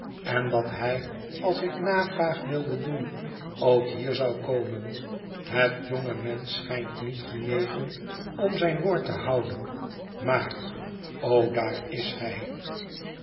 en dat hij als ik navraag wilde doen ook hier zou komen het jonge mensch schijnt niet genegen om zijn woord te houden maar o daar is hij